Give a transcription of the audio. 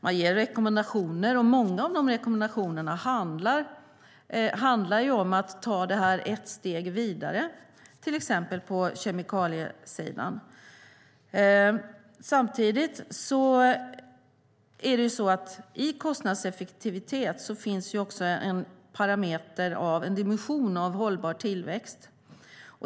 Man ger rekommendationer, och många av de rekommendationerna handlar om att ta det här ett steg vidare, till exempel på kemikaliesidan. I kostnadseffektiviteten finns en dimension av hållbar tillväxt.